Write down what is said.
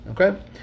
Okay